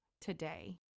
today